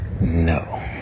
no